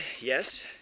yes